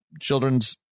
children's